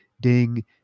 ding